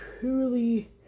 truly